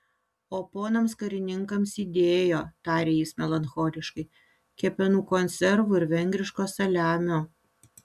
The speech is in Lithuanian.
o ponams karininkams įdėjo tarė jis melancholiškai kepenų konservų ir vengriško saliamio